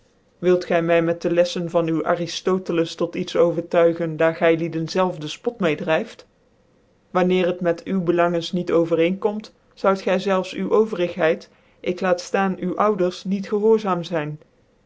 wilt gy my met de lcftcn van uwen ariftotcles tot iets overtuigen daar gylieden zelve dec pot meet wanneer het met u bclangcns niet overeenkomt zoiulgy zelfs u overigheid ik laat ftaan u ouders niet gehoorzaam zyn